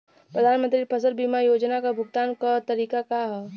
प्रधानमंत्री फसल बीमा योजना क भुगतान क तरीकाका ह?